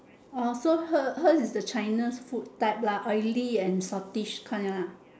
orh so her hers is the china food type lah oily and saltish kind ah